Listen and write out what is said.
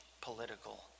political